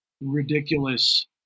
ridiculous